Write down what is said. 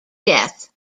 death